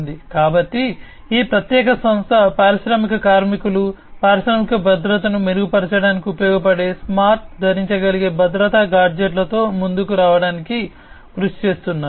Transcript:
కాబట్టి ఈ ప్రత్యేక సంస్థ పారిశ్రామిక కార్మికులు పారిశ్రామిక భద్రతను మెరుగుపరచడానికి ఉపయోగపడే స్మార్ట్ ధరించగలిగే భద్రతా గాడ్జెట్లతో ముందుకు రావడానికి కృషి చేస్తున్నారు